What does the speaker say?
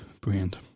brand